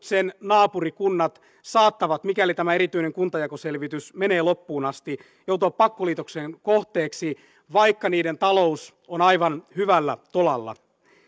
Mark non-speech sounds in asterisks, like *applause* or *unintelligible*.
*unintelligible* sen naapurikunnat saattavat mikäli tämä erityinen kuntajakoselvitys menee loppuun asti joutua pakkoliitoksen kohteeksi vaikka niiden talous on aivan hyvällä tolalla